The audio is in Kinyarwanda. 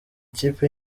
kipe